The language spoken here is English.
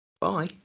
Bye